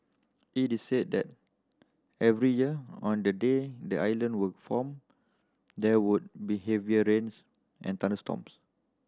it is said that every year on the day the island were formed there would be heavy rains and thunderstorms